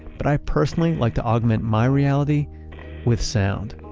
but i personally like to augment my reality with sound.